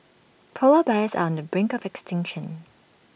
Polar Bears are on the brink of extinction